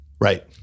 right